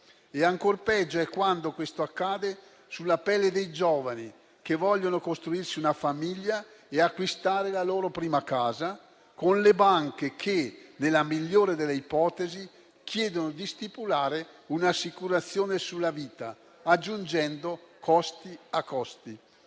Ancor peggio è quando questo accade sulla pelle dei giovani, che vogliono costruirsi una famiglia e acquistare la loro prima casa, con le banche che, nella migliore delle ipotesi, chiedono loro di stipulare un'assicurazione sulla vita, aggiungendo costi a costi.